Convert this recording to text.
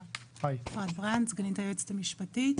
אפרת ברנד, סגנית היועצת המשפטית.